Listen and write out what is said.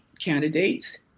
candidates